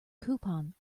coupon